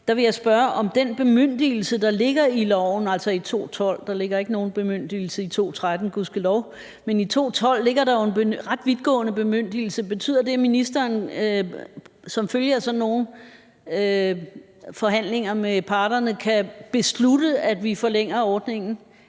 Jeg vil spørge til den bemyndigelse, der ligger i lovforslaget, altså i L 212 – for der ligger ikke nogen bemyndigelse i L 213, gudskelov – som er ret vidtgående: Betyder det, at ministeren som følge af nogle forhandlinger med parterne kan beslutte, at vi forlænger ordningen?